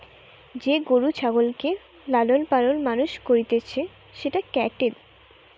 যে গরু ছাগলকে লালন পালন মানুষ করতিছে সেটা ক্যাটেল